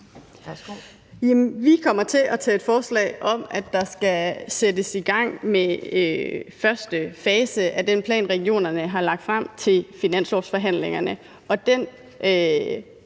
Vi kommer til at tage et forslag om, at der skal sættes i gang, hvad angår den første fase af den plan, regionerne har lagt frem, til finanslovsforhandlingerne.